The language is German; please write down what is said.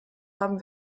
haben